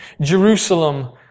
Jerusalem